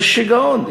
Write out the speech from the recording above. זה שיגעון.